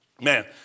man